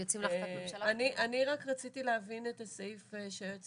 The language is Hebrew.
אני רק רציתי להבין את הסעיף שהיועצת